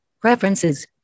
preferences